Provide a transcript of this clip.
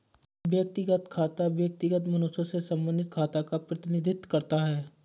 व्यक्तिगत खाता व्यक्तिगत मनुष्यों से संबंधित खातों का प्रतिनिधित्व करता है